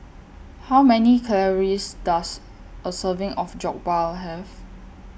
How Many Calories Does A Serving of Jokbal Have